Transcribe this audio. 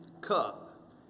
cup